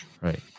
Right